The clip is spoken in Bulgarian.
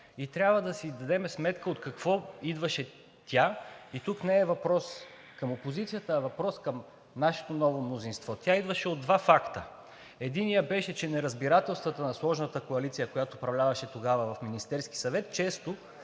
И трябва да си дадем сметка от какво идваше тя. Тук не е въпрос към опозицията, а въпрос към нашето ново мнозинство. Тя идваше от два факта. Единият беше, че неразбирателствата на сложната коалиция, която управляваше тогава в Министерския съвет, често